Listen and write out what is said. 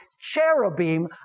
cherubim